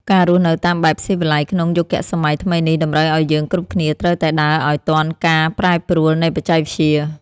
ការរស់នៅតាមបែបស៊ីវិល័យក្នុងយុគសម័យថ្មីនេះតម្រូវឱ្យយើងគ្រប់គ្នាត្រូវតែដើរឱ្យទាន់ការប្រែប្រួលនៃបច្ចេកវិទ្យា។